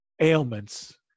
ailments